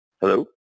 Hello